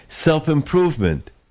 Self-improvement